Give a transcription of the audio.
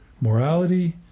morality